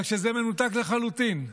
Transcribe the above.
אבל כשזה מנותק לחלוטין,